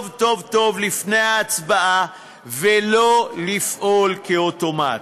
טוב-טוב לפני ההצבעה ולא לפעול כאוטומט.